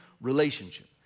relationship